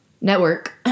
network